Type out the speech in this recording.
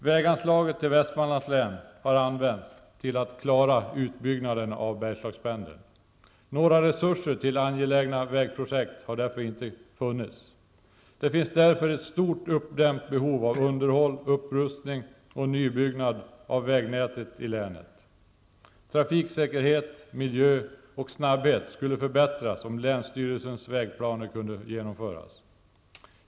Väganslagen till Västmanlands län har använts till att klara utbyggnaden av Bergslagspendeln. Några resurser till angelägna vägprojekt har därför inte funnits. Det finns därför ett stort uppdämt behov av underhåll, upprustning och nybyggnader av vägnätet i länet. Trafiksäkerhet, miljö och snabbhet skulle förbättras om länsstyrelsens vägplaner kunde genomföras.